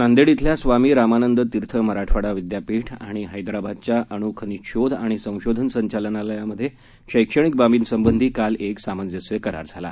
नांदेड इथल्या स्वामी रामानंद तीर्थ मराठवाडा विद्यापीठ आणि हैद्राबदच्या अणू खनिज शोध आणि संशोधन संचालनालयामधे शैक्षणिक बाबींसंबंधी काल एक सामंजस्य करार झाला